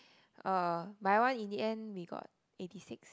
uh my one in the end we got eighty six